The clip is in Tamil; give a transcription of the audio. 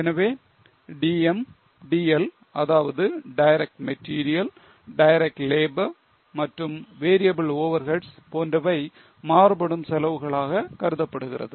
எனவே DM DL அதாவது டைரக்ட் மெட்டீரியல் டைரக்ட் லேபர் மற்றும் variable overheads போன்றவை மாறுபடும் செலவுகளாக கருதப்படுகிறது